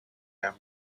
them